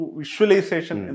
visualization